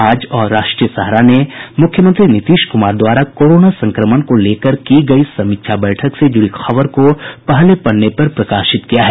आज और राष्ट्रीय सहारा ने मुख्यमंत्री नीतीश कुमार द्वारा कोरोना संक्रमण को लेकर की गयी समीक्षा बैठक से जुड़ी खबर को पहले पन्ने पर प्रकाशित किया है